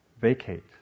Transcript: vacate